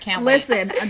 listen